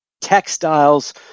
textiles